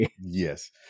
yes